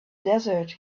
desert